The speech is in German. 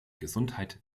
gesundheit